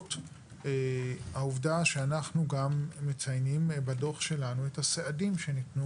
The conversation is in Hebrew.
לרבות העובדה שאנחנו גם מציינים בדוח שלנו את הסעדים שניצנו.